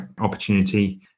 opportunity